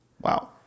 Wow